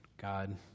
God